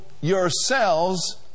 yourselves